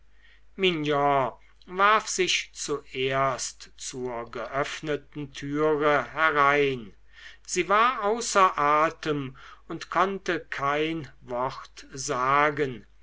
warf sich zuerst zur geöffneten türe herein sie war außer atem und konnte kein wort sagen